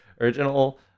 original